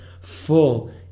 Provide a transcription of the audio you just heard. full